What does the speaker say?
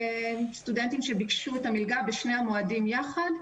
אשר ביקשו את המלגה בשני המועדים יחד.